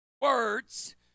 words